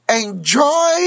enjoy